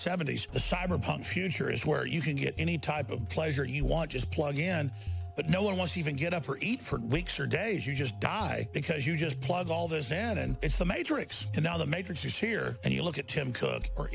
seventy's the cyberpunk future is where you can get any type of pleasure you want just plug in but no one wants even get up or eat for weeks or days you just die because you just plug all the sand and it's the matrix and now the matrix is here and you look at tim cook or